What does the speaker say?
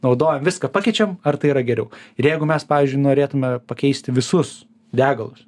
naudojam viską pakeičiam ar tai yra geriau ir jeigu mes pavyzdžiui norėtume pakeisti visus degalus